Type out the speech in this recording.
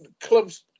clubs